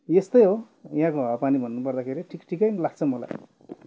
यस्तै हो यहाँको हावा पानी भन्नु पर्दाखेरि ठिकै ठिकै नै लाग्छ मलाई